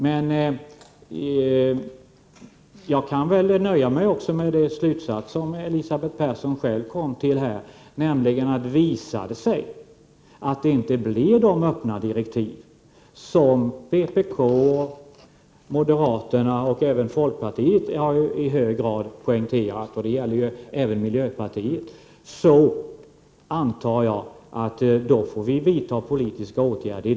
Men jag kan nöja mig med den slutsats som Elisabeth Persson kom fram till, nämligen att visar det sig att det inte blir de öppna direktiv som vpk, moderaterna och även folkpartiet i hög grad har poängterat — det gäller även miljöpartiet — får vi antagligen vidta politiska åtgärder.